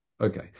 Okay